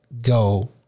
go